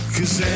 Cause